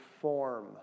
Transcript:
form